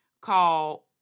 called